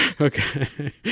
okay